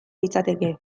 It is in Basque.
litzateke